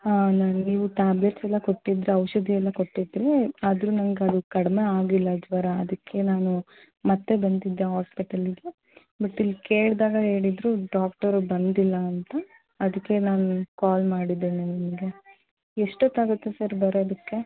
ಹಾಂ ನಂಗೆ ನೀವು ಟ್ಯಾಬ್ಲೆಟ್ಸ್ ಎಲ್ಲ ಕೊಟ್ಟಿದ್ರಿ ಔಷಧಿ ಎಲ್ಲ ಕೊಟ್ಟಿದ್ದಿರಿ ಆದರೂ ನಂಗೆ ಅದು ಕಡಿಮೆ ಆಗಿಲ್ಲ ಜ್ವರ ಅದಕ್ಕೆ ನಾನು ಮತ್ತೆ ಬಂದಿದ್ದೆ ಹಾಸ್ಪೆಟಲ್ಲಿಗೆ ಬಟ್ ಇಲ್ಲಿ ಕೇಳಿದಾಗ ಹೇಳಿದ್ರು ಡಾಕ್ಟರ್ ಬಂದಿಲ್ಲ ಅಂತ ಅದಕ್ಕೆ ನಾನು ನಿಮ್ಗೆ ಕಾಲ್ ಮಾಡಿದೆ ನಿಮಗೆ ಎಷ್ಟೊತ್ತಾಗುತ್ತೆ ಸರ್ ಬರೋದಕ್ಕೆ